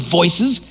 voices